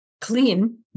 clean